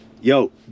yo